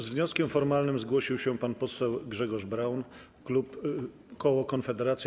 Z wnioskiem formalnym zgłosił się pan poseł Grzegorz Braun, koło Konfederacja.